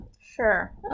Sure